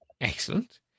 Excellent